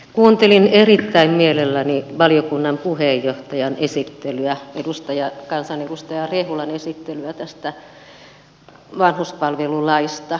kuuntelin erittäin mielelläni valiokunnan puheenjohtajan kansanedustaja rehulan esittelyä tästä vanhuspalvelulaista